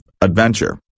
adventure